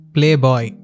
Playboy